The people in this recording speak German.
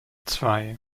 zwei